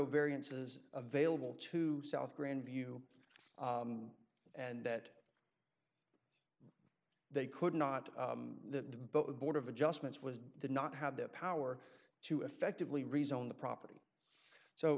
variances available to south grandview and that they could not the board of adjustments was did not have the power to effectively rezone the property so